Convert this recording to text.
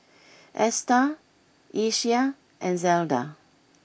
Esta Ieshia and Zelda